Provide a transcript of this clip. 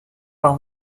par